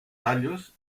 tallos